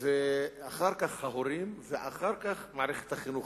אחר כך ההורים ואחר כך מערכת החינוך,